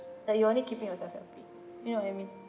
like you only keeping yourself happy you know what I mean